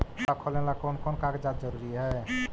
खाता खोलें ला कोन कोन कागजात जरूरी है?